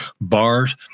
bars